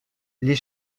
les